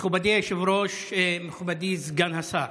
מכובדי היושב-ראש, מכובדי סגן השר,